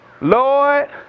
Lord